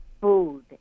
food